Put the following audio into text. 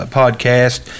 podcast